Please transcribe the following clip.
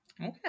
Okay